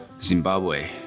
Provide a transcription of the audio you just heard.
Zimbabwe